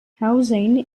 housing